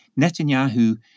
Netanyahu